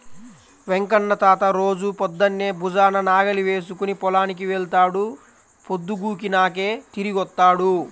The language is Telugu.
వెంకన్న తాత రోజూ పొద్దన్నే భుజాన నాగలి వేసుకుని పొలానికి వెళ్తాడు, పొద్దుగూకినాకే తిరిగొత్తాడు